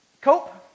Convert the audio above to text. Cope